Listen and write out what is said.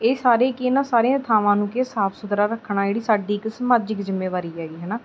ਇਹ ਸਾਰੇ ਕੀ ਇਹਨਾਂ ਸਾਰੀਆਂ ਥਾਵਾਂ ਨੂੰ ਕੀ ਸਾਫ ਸੁਥਰਾ ਰੱਖਣਾ ਜਿਹੜੀ ਸਾਡੀ ਇੱਕ ਸਮਾਜਿਕ ਜਿੰਮੇਵਾਰੀ ਹੈਗੀ ਹੈ ਨਾ